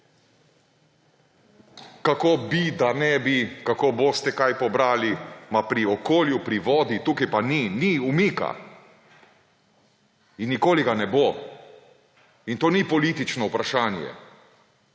kako bi, da ne bi, kako boste kaj pobrali pri okolju, pri vodi, tukaj pa ni umika. In nikoli ga ne bo. In to ni politično vprašanje.